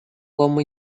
como